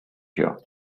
year